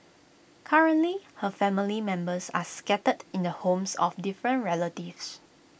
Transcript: currently her family members are scattered in the homes of different relatives